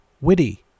witty